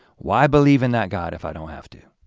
why believe in that god if i don't have to?